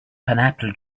pineapple